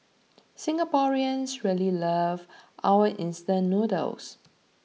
Singaporeans really love our instant noodles